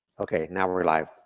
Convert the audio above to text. okay, now we're we're live.